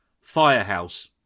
Firehouse